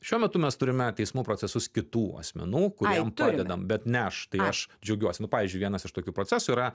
šiuo metu mes turime teismų procesus kitų asmenų kuriem padedam bet ne aš tai aš džiaugiuos nu pavyzdžiui vienas iš tokių procesų yra